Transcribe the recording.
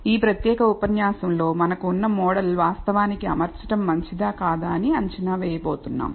ఈ ప్రత్యేక ఉపన్యాసం లో మనకు ఉన్న మోడల్ వాస్తవానికి అమర్చడం మంచిదా కాదా అని అంచనా వేయబోతున్నాం